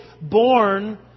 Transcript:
born